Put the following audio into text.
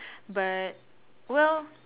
but well